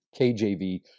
KJV